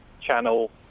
Channel